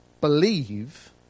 believe